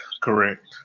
Correct